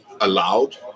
allowed